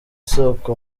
isoko